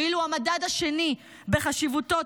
ואילו המדד השני בחשיבותו,